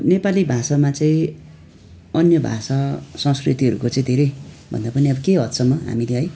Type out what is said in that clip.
नेपाली भाषामा चाहिँ अन्य भाषा संस्कृतिहरूको चाहिँ धेरैभन्दा पनि अब केही हदसम्म हामीले है